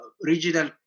regional